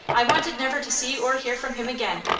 i wanted never to see or hear from him again.